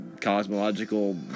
cosmological